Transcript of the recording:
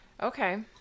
Okay